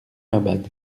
abad